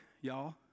y'all